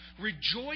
Rejoice